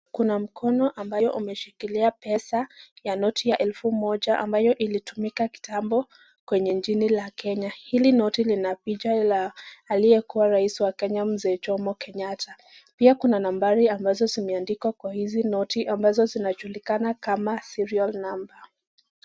Kuna mkono ambayo umeshikilia pesa ya noti ya elfu moja ambayo ilitumika kitambo kwenye nchini la Kenya. Hili noti lina picha la aliyekuwa rais wa Kenya Mzee Jomo Kenyatta. Pia kuna nambari ambazo zimeandikwa kwa hizi noti ambazo zinajulikana kama serial number .